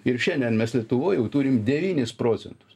ir šiandien mes lietuvoj jau turim devynis procentus